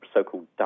so-called